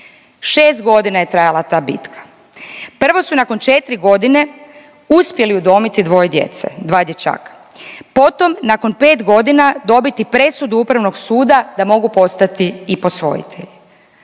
Šest godina je trajala ta bitka. Prvo su nakon četiri godine uspjeli udomiti dvoje djece, dva dječaka. Potom nakon pet godina dobiti presudu Upravnog suda da mogu postati i posvojitelji.